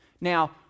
Now